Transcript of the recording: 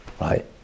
right